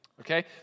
Okay